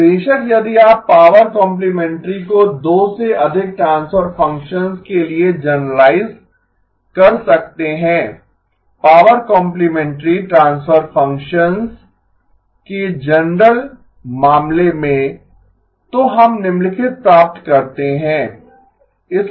अब बेशक यदि आप पावर कॉम्प्लिमेंटरी को दो से अधिक ट्रांसफर फ़ंक्शंस के लिए जनरलाइज कर सकते हैं पावर कॉम्प्लिमेंटरी ट्रांसफर फ़ंक्शंस के जनरल मामले में तो हम निम्नलिखित प्राप्त करते हैं